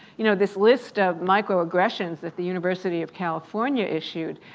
you know this list of microaggressions that the university of california issued,